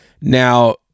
Now